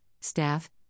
staff